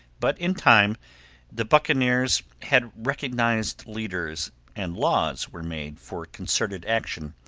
but in time the buccaneers had recognized leaders, and laws were made for concerted action.